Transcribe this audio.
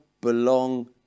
belong